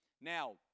Now